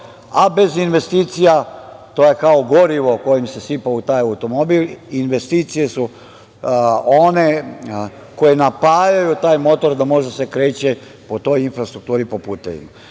a bez investicija, to je kao gorivo koje se sipa u taj automobil, investicije su one koje napajaju taj motor da može da se kreće po toj infrastrukturi, po